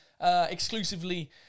exclusively